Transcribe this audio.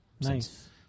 Nice